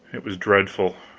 it was dreadful.